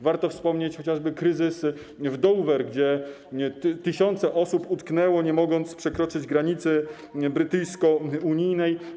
Warto wspomnieć chociażby kryzys w Dover, gdzie tysiące osób utknęło, nie mogąc przekroczyć granicy brytyjsko-unijnej.